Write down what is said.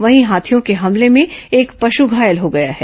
वहीं हाथियों के हमले में एक पशु घायल हो गया है